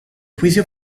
juicio